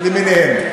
למיניהן.